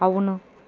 అవును